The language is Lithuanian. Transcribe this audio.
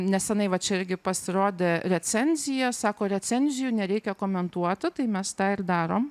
neseniai va čia irgi pasirodė recenzija sako recenzijų nereikia komentuoti tai mes tą ir darom